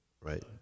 Right